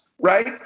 Right